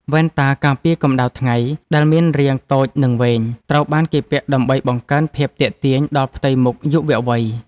វ៉ែនតាការពារកម្ដៅថ្ងៃដែលមានរាងតូចនិងវែង ត្រូវបានគេពាក់ដើម្បីបង្កើនភាពទាក់ទាញដល់ផ្ទៃមុខយុវវ័យ។